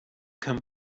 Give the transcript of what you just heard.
come